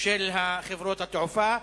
של חברות התעופה.